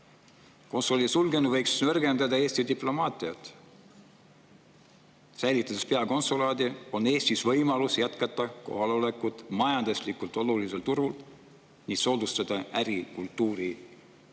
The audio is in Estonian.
Konsulaadi sulgemine võiks nõrgendada Eesti diplomaatiat. Säilitades peakonsulaadi, on Eestil võimalus jätkata kohalolekut majanduslikult olulisel turul ning soodustada äri‑, kultuuri‑ ja